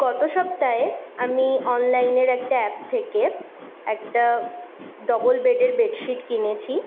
গত সপ্তাহে আমি অনলাইনের একটা অ্যাপ থেকে একটা ডবল বেডের বেডশিট কিনেছি